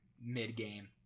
mid-game